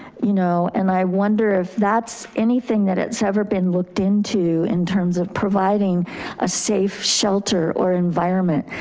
you know, and i wonder if that's anything that it's ever been looked into in terms of providing a safe shelter or environment,